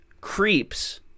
creeps